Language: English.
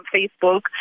Facebook